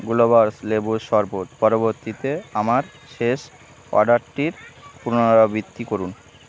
গুলাবস লেবুর শরবত পরবর্তীতে আমার শেষ অর্ডারটির পুনরাবৃত্তি করুন